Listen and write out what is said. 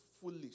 foolish